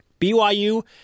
BYU